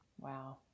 Wow